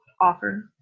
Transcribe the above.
offer